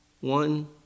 one